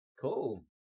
Cool